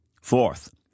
Fourth